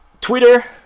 Twitter